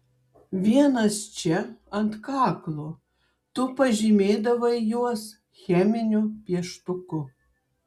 vienas čia ant kaklo tu pažymėdavai juos cheminiu pieštuku